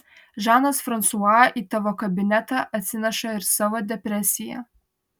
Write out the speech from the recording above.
žanas fransua į tavo kabinetą atsineša ir savo depresiją